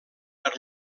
per